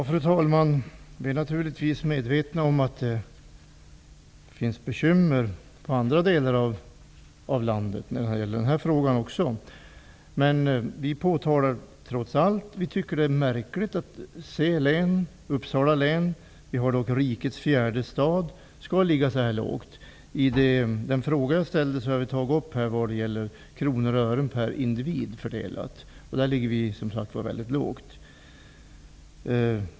Fru talman! Vi är naturligtvis medvetna om att det finns bekymmer också i andra delar av landet. Men trots allt tycker vi att det är märkligt att C-län, Uppsala län med rikets fjärde stad, skall ligga så här lågt. I min fråga angav jag resurserna i kronor och ören per individ fördelade, och där ligger Uppsala län, som sagt, väldigt lågt.